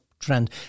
Trend